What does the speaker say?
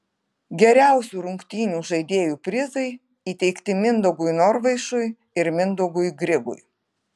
geriausių rungtynių žaidėjų prizai įteikti mindaugui norvaišui ir mindaugui grigui